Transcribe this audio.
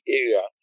area